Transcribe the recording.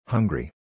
Hungry